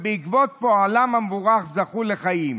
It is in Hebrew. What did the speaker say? שבעקבות פועלם המבורך זכו לחיים.